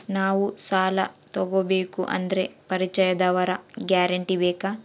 ನಾವು ಸಾಲ ತೋಗಬೇಕು ಅಂದರೆ ಪರಿಚಯದವರ ಗ್ಯಾರಂಟಿ ಬೇಕಾ?